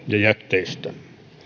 ja jätteistä